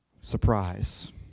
Surprise